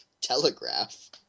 Telegraph